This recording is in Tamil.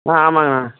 அண்ணா ஆமாங்கண்ணா